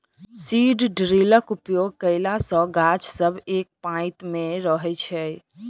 seed ड्रिलक उपयोग कयला सॅ गाछ सब एक पाँती मे रहैत छै